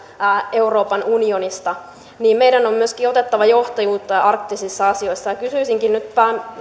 euroopan unionista niin meidän on myöskin otettava johtajuutta arktisissa asioissa kysyisinkin nyt